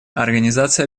организация